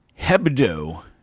Hebdo